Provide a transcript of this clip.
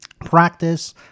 practice